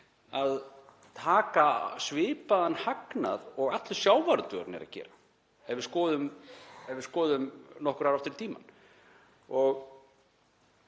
að taka svipaðan hagnað og allur sjávarútvegurinn er að gera, ef við skoðum nokkur ár aftur í tímann.